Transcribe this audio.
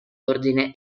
ordine